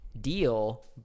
deal